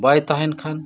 ᱵᱟᱭ ᱛᱟᱦᱮᱱ ᱠᱷᱟᱱ